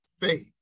faith